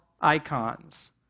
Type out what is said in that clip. icons